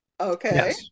Okay